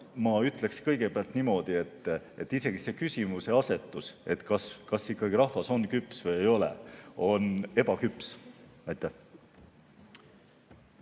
Ma ütleksin kõigepealt niimoodi, et isegi see küsimuseasetus, kas rahvas on küps või ei ole, on ebaküps.